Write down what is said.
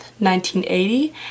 1980